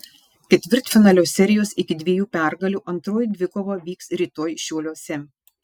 ketvirtfinalio serijos iki dviejų pergalių antroji dvikova vyks rytoj šiauliuose